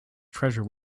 treasure